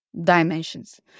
dimensions